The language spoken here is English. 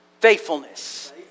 Faithfulness